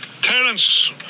Terence